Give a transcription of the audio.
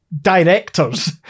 directors